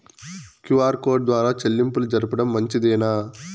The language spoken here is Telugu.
క్యు.ఆర్ కోడ్ ద్వారా చెల్లింపులు జరపడం మంచిదేనా?